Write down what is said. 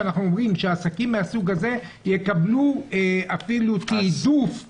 שאנחנו אומרים שעסקים מהסוג הזה יקבלו אפילו תיעדוף למתן חובות.